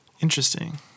Interesting